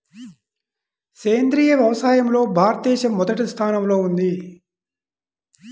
సేంద్రీయ వ్యవసాయంలో భారతదేశం మొదటి స్థానంలో ఉంది